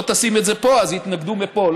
לא תשים את זה פה, אז יתנגדו מפה.